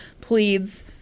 pleads